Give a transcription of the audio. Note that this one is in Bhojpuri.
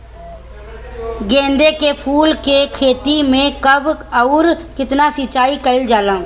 गेदे के फूल के खेती मे कब अउर कितनी सिचाई कइल जाला?